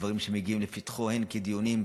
בדברים שמגיעים לפתחו הן כדיונים,